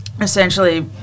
essentially